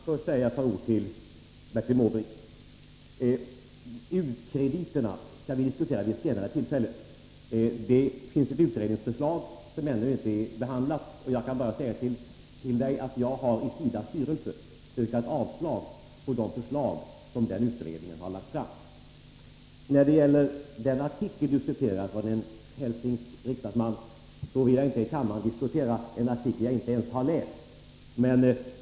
Herr talman! Först ett par ord till Bertil Måbrink. U-krediterna skall vi diskutera vid ett senare tillfälle. Det finns ett utredningsförslag som ännu inte är behandlat. Jag kan tala om för Bertil Måbrink att jag i SIDA:s styrelse har yrkat avslag på de förslag som utredningen har lagt fram. När det gäller den artikel som Bertil Måbrink citerade av en hälsingsk riksdagsman vill jag framhålla att jag inte i kammaren vill diskutera en artikel som jag inte ens har läst.